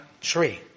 tree